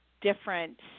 different